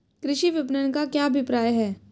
कृषि विपणन का क्या अभिप्राय है?